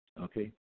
Okay